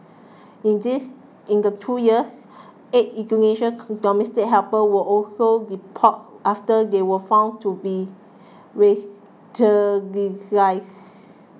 in this in the two years eight Indonesian domestic helpers were also deported after they were found to be